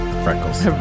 freckles